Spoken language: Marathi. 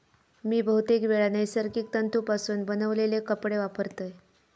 मी बहुतेकवेळा नैसर्गिक तंतुपासून बनवलेले कपडे वापरतय